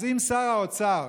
אז אם שר האוצר,